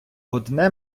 одне